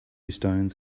stones